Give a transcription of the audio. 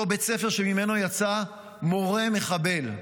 אותו בית ספר שממנו יצא מורה מחבל.